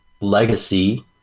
legacy